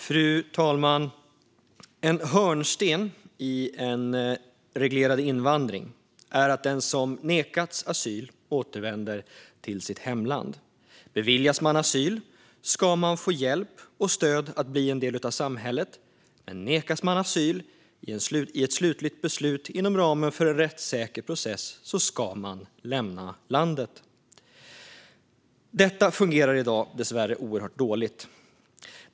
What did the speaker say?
Fru talman! En hörnsten i en reglerad invandring är att den som nekats asyl ska återvända till sitt hemland. Beviljas man asyl ska man få hjälp och stöd för att bli en del av samhället. Nekas man asyl i ett slutligt beslut, inom ramen för en rättssäker process, ska man lämna landet. Dessvärre fungerar detta i dag oerhört dåligt.